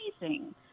amazing